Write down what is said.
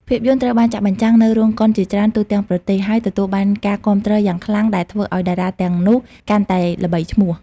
ភាពយន្តត្រូវបានចាក់បញ្ចាំងនៅរោងកុនជាច្រើនទូទាំងប្រទេស ហើយទទួលបានការគាំទ្រយ៉ាងខ្លាំងដែលធ្វើឱ្យតារាទាំងនោះកាន់តែល្បីឈ្មោះ។